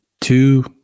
two